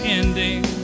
ending